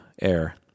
air